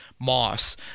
Moss